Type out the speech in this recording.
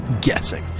guessing